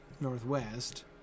northwest